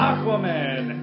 Aquaman